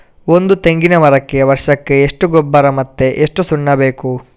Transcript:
ಒಂದು ತೆಂಗಿನ ಮರಕ್ಕೆ ವರ್ಷಕ್ಕೆ ಎಷ್ಟು ಗೊಬ್ಬರ ಮತ್ತೆ ಎಷ್ಟು ಸುಣ್ಣ ಬೇಕು?